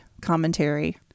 commentary